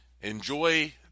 enjoy